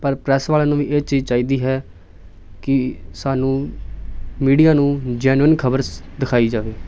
ਪਰ ਪ੍ਰੈਸ ਵਾਲਿਆਂ ਨੂੰ ਵੀ ਇਹ ਚੀਜ਼ ਚਾਹੀਦੀ ਹੈ ਕਿ ਸਾਨੂੰ ਮੀਡੀਆ ਨੂੰ ਜੈਨੀਉਨ ਖਬਰ ਦਿਖਾਈ ਜਾਵੇ